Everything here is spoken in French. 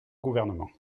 gouvernement